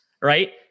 right